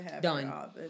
Done